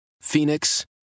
Phoenix